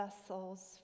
vessels